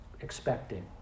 expecting